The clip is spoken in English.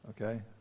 Okay